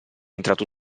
entrato